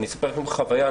אני אספר לכם חוויה.